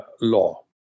law